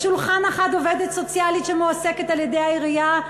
ליד שולחן אחד עובדת סוציאלית שמועסקת על-ידי העירייה,